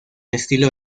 estilo